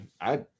I